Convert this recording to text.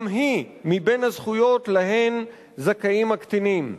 גם היא מבין הזכויות שלהן זכאים הקטינים.